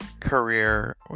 Career